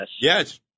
Yes